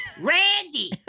Randy